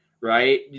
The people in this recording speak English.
right